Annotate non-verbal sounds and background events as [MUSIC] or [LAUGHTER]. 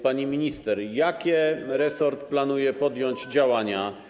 Pani minister, jakie resort [NOISE] planuje podjąć działania?